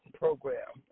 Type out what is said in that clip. program